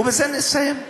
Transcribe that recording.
ובזה נסיים.